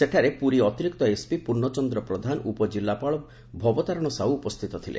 ସେଠାରେ ପୁରୀ ଅତିରିକ୍ତ ଏସ୍ପି ପୂର୍ଶ୍ଷଚନ୍ଦ୍ର ପ୍ରଧାନ ଉପଜିଲ୍ଲାପାଳ ଭବତାରଣ ସାହୁ ଉପସ୍ଥିତ ଥିଲେ